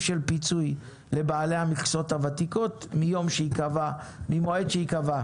של פיצוי לבעלי המכסות הוותיקות ממועד שייקבע.